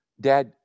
Dad